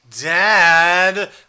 Dad